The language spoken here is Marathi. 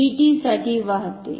dt साठी वाह्ते